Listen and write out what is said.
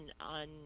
on